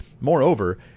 Moreover